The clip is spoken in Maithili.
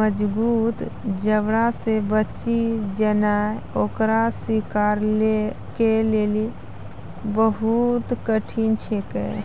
मजगूत जबड़ा से बची जेनाय ओकर शिकार के लेली बहुत कठिन छिकै